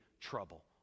trouble